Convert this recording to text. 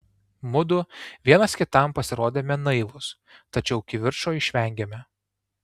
mudu vienas kitam pasirodėme naivūs tačiau kivirčo išvengėme